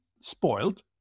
spoiled